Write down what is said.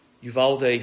Uvalde